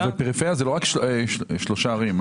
פריפריה זה לא רק שלוש ערים.